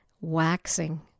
Waxing